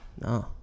No